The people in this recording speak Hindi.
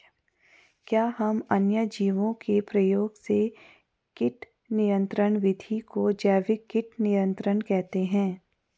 क्या हम अन्य जीवों के प्रयोग से कीट नियंत्रिण विधि को जैविक कीट नियंत्रण कहते हैं?